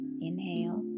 Inhale